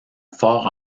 fort